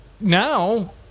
now